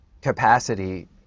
capacity